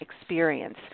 experience